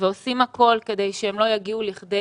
ועושים הכול כדי שהם לא יגיעו לכדי